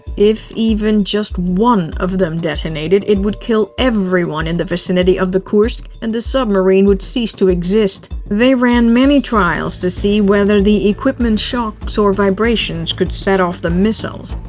if even just one of them detonated, it would kill everyone in the vicinity of the kursk, and the submarine would cease to exist. they ran many trials to see whether the equipment's shocks or vibrations could set off the missiles.